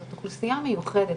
זאת אוכלוסייה מיוחדת.